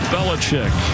Belichick